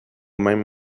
mêmes